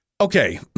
Okay